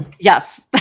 Yes